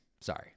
Sorry